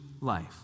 life